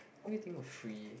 let me think of free